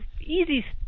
easy